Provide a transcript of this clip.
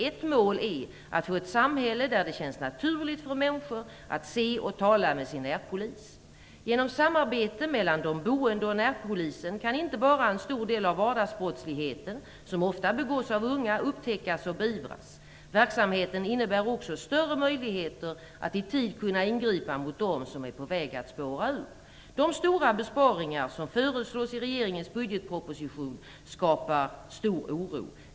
Ett mål är att få ett samhälle där det känns naturligt för människor att se och tala med sin närpolis. Genom samarbete mellan de boende och närpolisen kan inte bara en stor del av vardagsbrottsligheten, som ofta begås av unga, upptäckas och beivras. Verksamheten innebär också större möjligheter att i tid kunna ingripa mot dem som är på väg att spåra ur. De stora besparingar som föreslås i regeringens budgetproposition skapar stor oro.